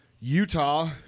Utah